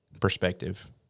perspective